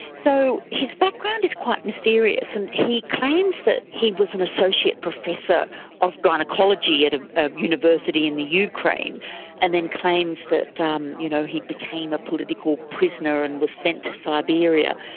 so his background is quite mysterious. and he claims that he was an associate professor of gynaecology at ah a university in the ukraine and then claims that um you know he he became a political prisoner and was sent to siberia,